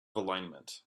alignment